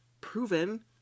proven